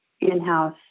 in-house